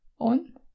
on